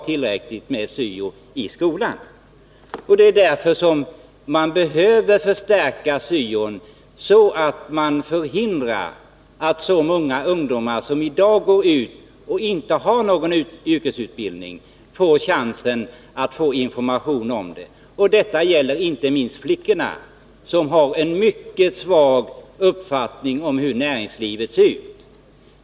Syoverksamheten i skolan behöver förstärkas, så att man förhindrar att lika många ungdomr som i dag går ut från skolan utan att ha fått någon yrkesutbildning. De bör få chans till information om sådan. Detta gäller inte minst flickorna, som ofta har en mycket svag uppfattning om hur näringslivet ser ut.